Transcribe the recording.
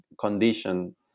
condition